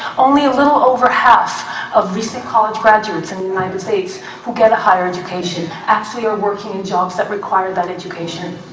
only a little over half of recent college graduates in the united states who get a higher education actually are working in jobs that require that education.